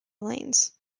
lanes